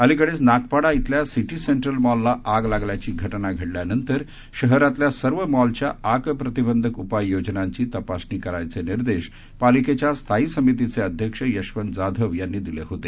अलिकडेच नागपाडा इथल्या city central मॉलला आग लागल्याची घटना घडल्यानंतर शहरातल्या सर्व मॉलच्या आग प्रतिबंधक उपाययोजनांची तपासणी करायचे निर्देश पालिकेच्या स्थायी समितीचे अध्यक्ष यशवंत जाधव यांनी दिले होते